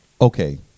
Okay